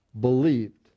believed